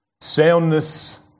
Soundness